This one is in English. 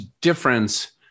difference